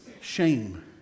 shame